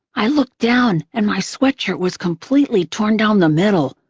i looked down, and my sweatshirt was completely torn down the middle.